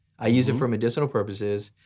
i use it for medicinal purposes,